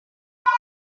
have